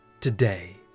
Today